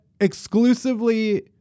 exclusively